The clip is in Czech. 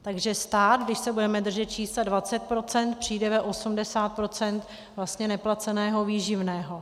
Takže stát, když se budeme držet čísla 20 %, přijdeme o 80 % vlastně neplaceného výživného.